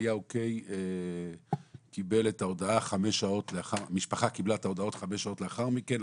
במקרה של אליהו קיי המשפחה קיבלה את ההודעה חמש שעות לאחר מכן,